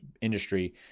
industry